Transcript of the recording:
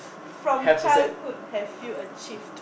from childhood have you achieved